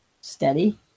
steady